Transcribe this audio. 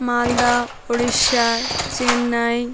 Malda Orissa Chennai